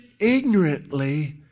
ignorantly